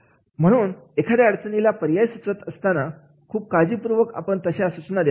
म्हणून एखाद्या अडचणीला पर्याय सुचवत असताना खूप काळजीपूर्वक आपण तशा सूचना द्या